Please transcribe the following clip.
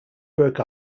broke